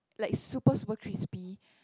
like super super crispy